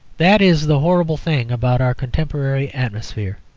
that is the horrible thing about our contemporary atmosphere.